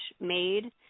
made